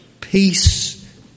peace